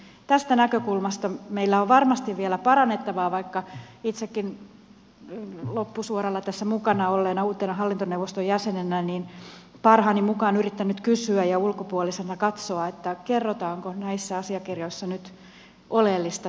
tästä näkökulmasta meillä on varmasti vielä parannettavaa vaikka itsekin loppusuoralla tässä mukana olleena uutena hallintoneuvoston jäsenenä parhaani mukaan olen yrittänyt kysyä ja ulkopuolisena katsoa kerrotaanko näissä asiakirjoissa nyt oleellista tietoa